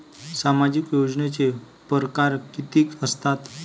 सामाजिक योजनेचे परकार कितीक असतात?